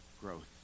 growth